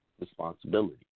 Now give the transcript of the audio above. responsibility